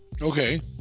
Okay